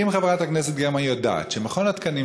אם חברת הכנסת גרמן יודעת שמכון התקנים,